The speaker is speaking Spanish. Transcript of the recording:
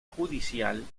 judicial